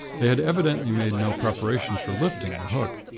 they had evidently made no preparations for lifting the hook.